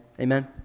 Amen